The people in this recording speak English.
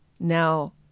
Now